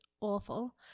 awful